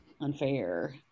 unfair